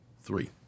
three